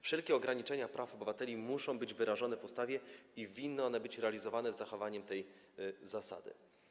Wszelkie ograniczenia praw obywateli muszą być wyrażone w ustawie i winny być realizowane z zachowaniem tej zasady.